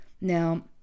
Now